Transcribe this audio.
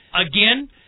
again